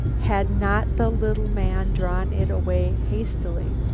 had not the little man drawn it away hastily.